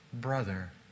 brother